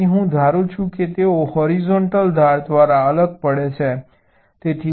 તેથી હું ધારું છું કે તેઓ હોરિઝોન્ટલ ધાર દ્વારા અલગ પડે છે